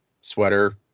sweater